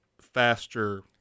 faster